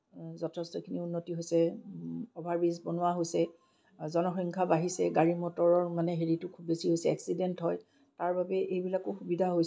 যথেষ্টখিনি উন্নতি হৈছে অভাৰ ব্ৰিজ বনোৱা হৈছে জনসংখ্যা বাঢ়িছে গাড়ী মটৰৰ মানে হেৰিটো খুব বেছি হৈছে এক্সিডেণ্ট হয় তাৰ বাবেই এইবিলাকো সুবিধা হৈছে